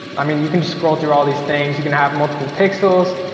i mean you can just scroll through all these things. you can have multiple pixels.